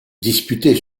disputée